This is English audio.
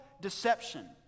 deception